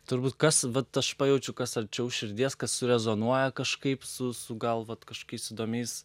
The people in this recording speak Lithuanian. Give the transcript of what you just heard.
turbūt kas vat aš pajaučiu kas arčiau širdies kas surezonuoja kažkaip su su gal vat kažkokiais įdomiais